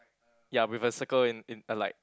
ya with a circle in in a like